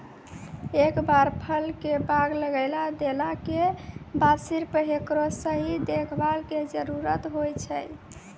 एक बार फल के बाग लगाय देला के बाद सिर्फ हेकरो सही देखभाल के जरूरत होय छै